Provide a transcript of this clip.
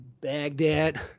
Baghdad